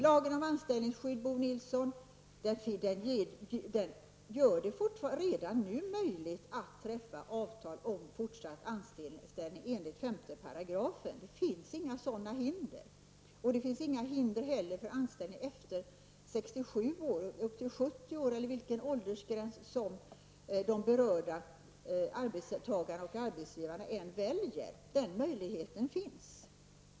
Lagen om anställningsskydd, Bo Nilsson, gör det redan nu möjligt att träffa avtal om fortsatt anställning enligt 5 §. Det finns inga hinder. Det finns heller inga hinder för anställning efter 67 år upp till 70 år eller vilken åldersgräns som de berörda arbetstagarna och arbetsgivarna än väljer. Den möjligheten finns.